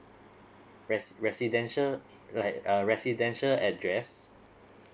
res~ residential like uh residential address